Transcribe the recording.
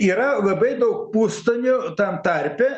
yra labai daug pustonių tam tarpe